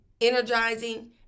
energizing